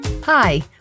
Hi